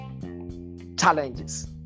challenges